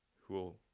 who